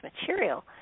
material